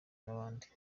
n’abandi